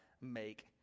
make